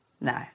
No